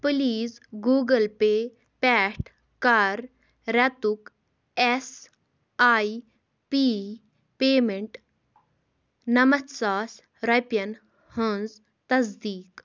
please Google pay پٮ۪ٹھ کَر رٮ۪تُک ایٚس آیۍ پی پیمنٹ نَمَتھ ساس رۄپیَن ہٕنٛز تصدیق